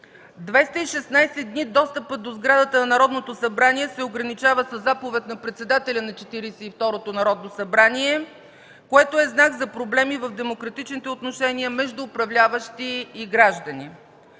дни достъпът до сградата на Народното събрание се ограничава със заповед на председателя на Четиридесет и второто Народно събрание, което е знак за проблеми в демократичните отношения между управляващи и граждани.